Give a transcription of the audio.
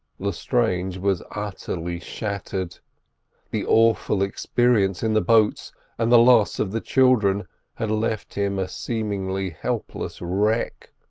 lestrange was utterly shattered the awful experience in the boats and the loss of the children had left him a seemingly helpless wreck.